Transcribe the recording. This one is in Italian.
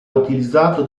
utilizzato